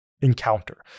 encounter